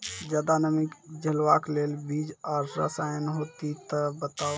ज्यादा नमी के झेलवाक लेल बीज आर रसायन होति तऽ बताऊ?